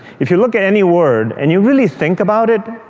if you look at any word and you really think about it,